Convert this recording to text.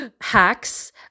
hacks